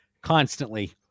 constantly